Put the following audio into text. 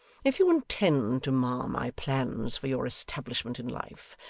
if you intend to mar my plans for your establishment in life,